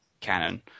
cannon